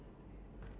today